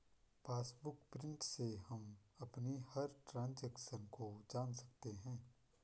passbook print से हम अपनी हर ट्रांजेक्शन को जान सकते है